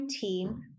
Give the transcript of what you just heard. team